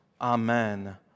Amen